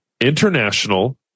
international